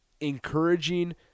encouraging